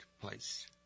place